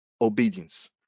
obedience